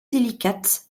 délicate